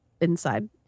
inside